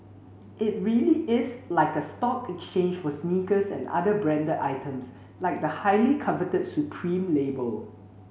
it really is like a stock exchange for sneakers and other branded items like the highly coveted Supreme label